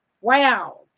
wow